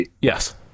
yes